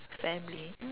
family mm